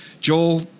Joel